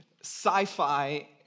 sci-fi